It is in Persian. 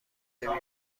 بیمار